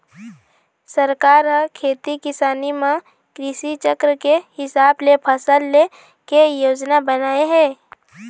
सरकार ह खेती किसानी म कृषि चक्र के हिसाब ले फसल ले के योजना बनाए हे